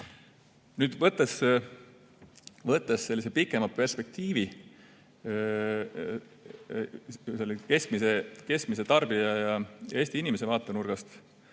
Nüüd, võttes sellise pikema perspektiivi keskmise tarbija ja Eesti inimese vaatenurgast,